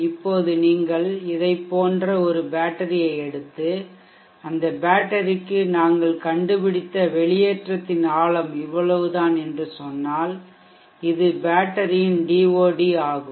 இப்போது நீங்கள் இதைப் போன்ற ஒரு பேட்டரியை எடுத்து அந்த பேட்டரிக்கு நாங்கள் கண்டுபிடித்த வெளியேற்றத்தின் ஆழம் இவ்வளவுதான் என்று சொன்னால் இது பேட்டரியின் DOD ஆகும்